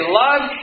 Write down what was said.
love